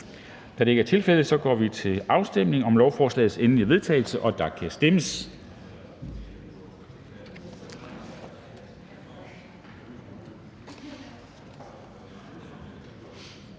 Da det ikke er tilfældet, går vi til afstemning om lovforslagets endelige vedtagelse. Kl. 10:19 Afstemning